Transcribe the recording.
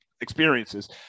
experiences